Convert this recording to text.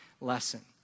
lesson